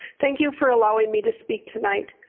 thank you for allowing me to speak tonight.